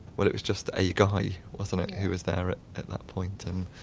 but it was just a guy, wasn't it, who was there at that point, and